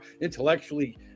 intellectually